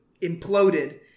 imploded